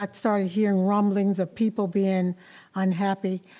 i started hearing rumblings of people being unhappy,